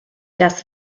das